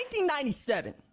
1997